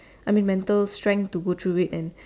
I mean mental strength to go through it and